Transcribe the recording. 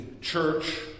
church